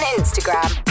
Instagram